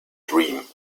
dream